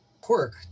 quirk